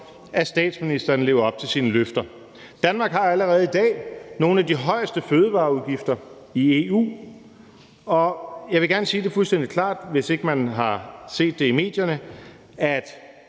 at statsministeren lever op til sine løfter. Danmark har allerede i dag nogle af de højeste fødevareafgifter i EU. Jeg vil gerne sige det fuldstændig klart, hvis man ikke har set det i medierne, at